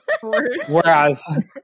Whereas